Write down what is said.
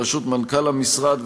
בראשות מנכ"ל המשרד,